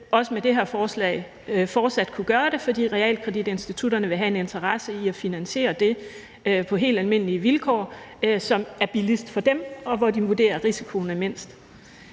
også med det her forslag fortsat kunne gøre det, fordi realkreditinstitutterne vil have en interesse i at finansiere det, som er billigst for dem, på helt almindelige vilkår, og hvor de vurderer, at risikoen er mindst.